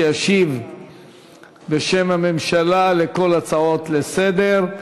שישיב בשם הממשלה על כל ההצעות לסדר-היום.